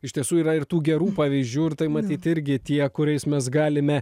iš tiesų yra ir tų gerų pavyzdžių ir tai matyt irgi tie kuriais mes galime